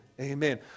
amen